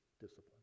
discipline